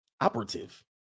operative